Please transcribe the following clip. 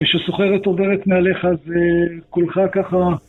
משסוחרת עוברת מעליך אז כולך ככה